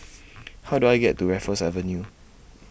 How Do I get to Raffles Avenue